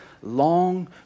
long